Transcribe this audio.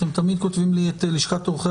נציג לשכת עורכי